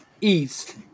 east